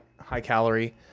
high-calorie